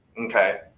Okay